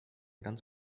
ganz